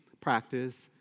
practice